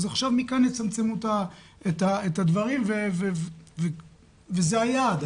אז עכשיו מכאן יצמצמו את הדברים וזה היעד.